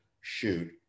shoot